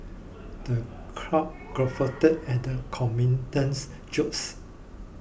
the crowd guffawed at the comedian's jokes